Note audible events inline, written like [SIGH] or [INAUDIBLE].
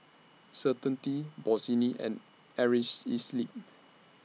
Certainty Bossini and [UNINTELLIGIBLE]